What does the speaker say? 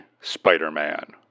Spider-Man